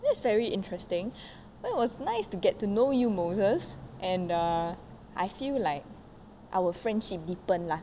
that's very interesting well it was nice to get to know you moses and err I feel like our friendship deepen lah